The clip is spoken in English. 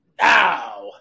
now